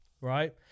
Right